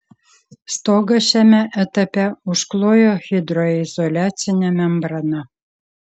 stogą šiame etape užklojo hidroizoliacine membrana